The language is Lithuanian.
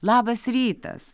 labas rytas